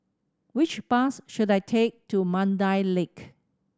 which bus should I take to Mandai Lake